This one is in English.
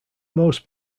most